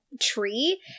tree